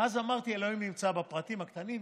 ואז אמרתי שאלוהים נמצא בפרטים הקטנים,